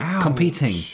competing